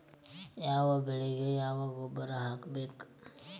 ಯಾವ ಬೆಳಿಗೆ ಯಾವ ಗೊಬ್ಬರ ಹಾಕ್ಬೇಕ್?